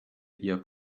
ihr